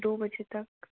दो बजे तक